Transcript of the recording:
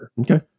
Okay